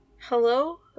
Hello